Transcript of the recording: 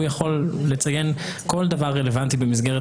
הוא יכול לציין כל דבר רלוונטי במסגרת